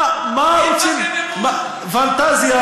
פנטזיה.